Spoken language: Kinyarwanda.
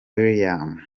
williams